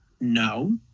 no